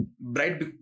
bright